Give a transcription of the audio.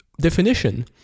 definition